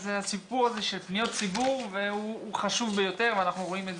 אז הסיפור הזה של פניות ציבור הוא חשוב ביותר ואנחנו רואים את